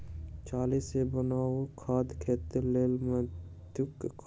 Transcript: चाली सॅ बनाओल खाद खेतक लेल अमृतक काज करैत छै